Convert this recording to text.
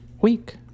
week